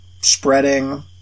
spreading